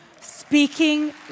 Speaking